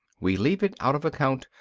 we leave it out of account,